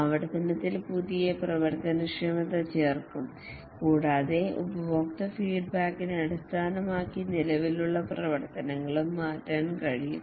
ആവർത്തനത്തിൽ പുതിയ പ്രവർത്തനക്ഷമത ചേർക്കും കൂടാതെ ഉപയോക്തൃ ഫീഡ്ബാക്കിനെ അടിസ്ഥാനമാക്കി നിലവിലുള്ള പ്രവർത്തനങ്ങളും മാറ്റാൻ കഴിയും